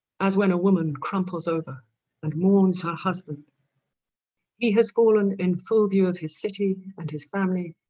as when a woman crumples over and mourns her husband he has fallen in full view of his city and his family,